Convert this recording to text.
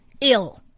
ill